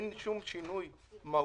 אין שום שינוי מהותי,